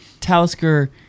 Talisker